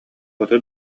хоту